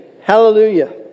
Hallelujah